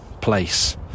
place